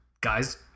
guys